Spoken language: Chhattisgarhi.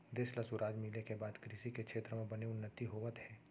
देस ल सुराज मिले के बाद कृसि छेत्र म बने उन्नति होवत हे